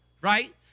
right